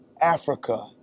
Africa